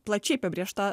plačiai apibrėžta